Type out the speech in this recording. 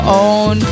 own